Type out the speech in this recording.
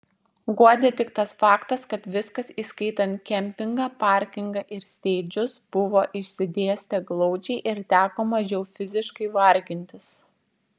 guodė tik tas faktas kad viskas įskaitant kempingą parkingą ir steidžus buvo išsidėstę glaudžiai ir teko mažiau fiziškai vargintis